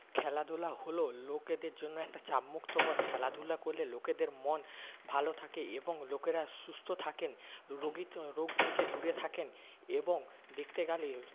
খেলাধুলা হল লোকেদের জন্য একটা চাপমুক্তকর খেলাধুলা করলে লোকেদের মন ভালো থাকে এবং লোকেরা সুস্থ থাকেন রোগী ত রোগ থেকে দূরে থাকেন এবং দেখতে গেলে